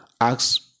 ask